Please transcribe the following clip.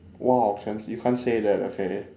!wow! can~ you can't say that okay